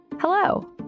Hello